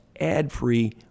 ad-free